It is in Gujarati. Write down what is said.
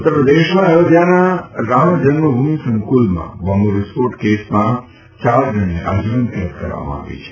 ઉત્તરપ્રદેશમાં અયોધ્યાના રામજન્મભુમિ સંકુલમાં બોંબવિસ્ફોટ કેસમાં ચાર જણને આજીવન કેદ કરવામાં આવી છે